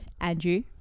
Andrew